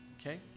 okay